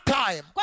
time